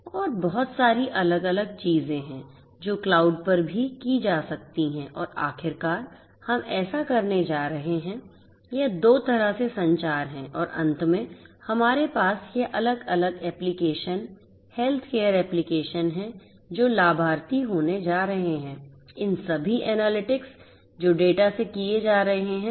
और बहुत सारी अलग अलग चीजें हैं जो क्लाउड पर भी की जा सकती हैं और आखिरकार हम ऐसा करने जा रहे हैं यह दो तरह से संचार है और अंत में हमारे पास यह अलग अलग एप्लिकेशन हेल्थकेयर एप्लिकेशन हैं जो लाभार्थी होने जा रहे हैं इन सभी एनालिटिक्स जो डेटा से किये जा रहे हैं